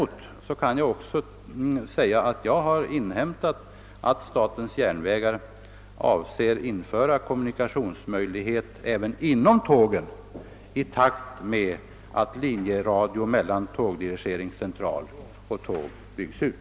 Jag kan emellertid också meddela att jag inhämtat, att statens järnvägar avser att införa radiokommunikationsmöjligheter även inom tågen i takt med att linjeradiosystemet mellan tågdirigeringscentral och tåg byggs ut.